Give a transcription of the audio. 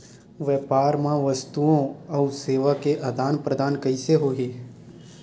व्यापार मा वस्तुओ अउ सेवा के आदान प्रदान कइसे होही?